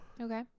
Okay